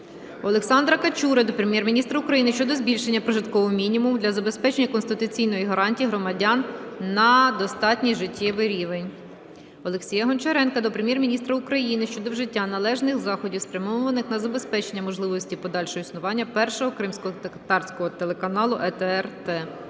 Олександра Качури до Прем'єр-міністра України щодо збільшення прожиткового мінімуму для забезпечення конституційної гарантії громадян на достатній життєвий рівень. Олексія Гончаренка до Прем'єр-міністра України щодо вжиття належних заходів, спрямованих на забезпечення можливості подальшого існування Першого кримськотатарського телеканалу "АТR